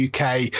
UK